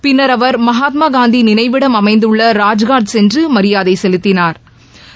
பின்னா் அவா் மகாத்மாகாந்திநினைவிடம் அமைந்துள்ள ராஜ்காட் சென்றுமரியாதைசெலுத்தினாா்